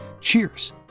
Cheers